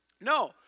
no